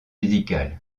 médicale